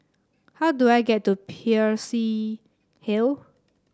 how do I get to Peirce Hill